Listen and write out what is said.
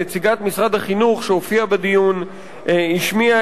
נציגת משרד החינוך שהופיעה בדיון השמיעה